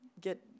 get